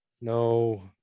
No